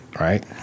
Right